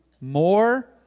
More